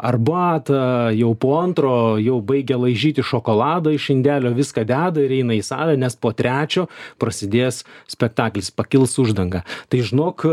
arbatą jau po antro jau baigia laižyti šokoladą iš indelio viską deda ir eina į salę nes po trečio prasidės spektaklis pakils uždanga tai žinok